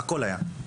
הכול היה.